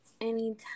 Anytime